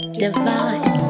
divine